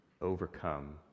overcome